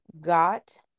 got